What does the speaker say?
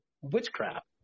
witchcraft